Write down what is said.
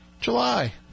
July